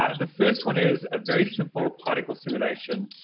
ah the first one is a very simple particle simulation.